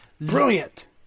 Brilliant